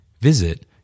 Visit